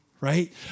right